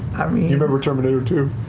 you remember terminator two?